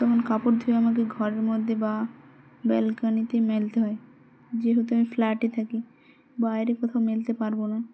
তখন কাপড় ধুয়ে আমাকে ঘরের মধ্যে বা ব্যালকানিতে মেলতে হয় যেহেতু আমি ফ্ল্যাটে থাকি বাইরে কোথাও মেলতে পারবো না